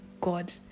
God